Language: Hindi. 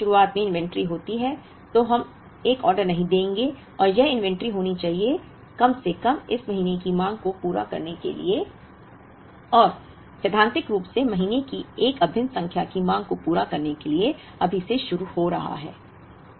जब अवधि की शुरुआत में इन्वेंट्री होती है तो हम एक ऑर्डर नहीं देंगे और यह इन्वेंट्री होनी चाहिए कम से कम इस महीने की मांग को पूरा करने के लिए और सैद्धांतिक रूप से महीने की एक अभिन्न संख्या की मांग को पूरा करने के लिए अभी से शुरू हो रहा है